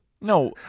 No